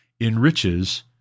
enriches